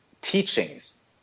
teachings